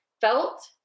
felt